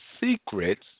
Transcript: secrets